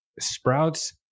Sprouts